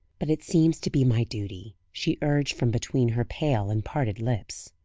but it seems to be my duty, she urged from between her pale and parted lips.